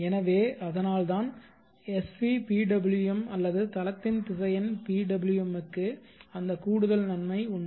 எனவே அதனால்தான் SVPWM அல்லது தளத்தின் திசையன் PWM க்கு அந்த கூடுதல் நன்மை உண்டு